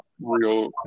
real